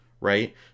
right